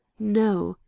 no,